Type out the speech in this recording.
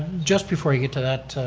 just before you get to that,